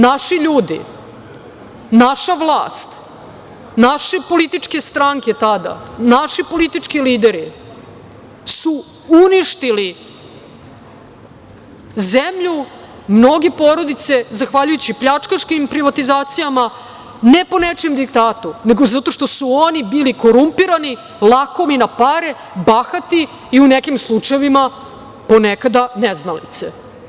Naši ljudi, naša vlast, naše političke stranke tada, naši politički lideri su uništili zemlju, mnoge porodice zahvaljujući pljačkaškim privatizacijama, ne po nečijem diktatu, nego zato što su oni bili korumpirani, lakomi na pare, bahati i u nekim slučajevima ponekada neznalice.